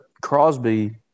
Crosby